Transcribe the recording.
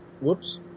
Whoops